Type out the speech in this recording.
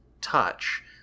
touch